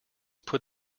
put